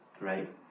right